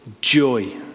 joy